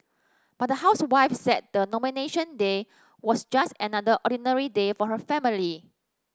but the housewife said the Nomination Day was just another ordinary day for her family